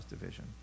division